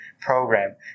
program